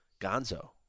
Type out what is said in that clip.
Gonzo